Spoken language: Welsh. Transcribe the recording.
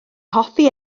hoffi